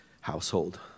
household